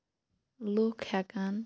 لُکھ ہٮ۪کان